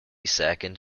second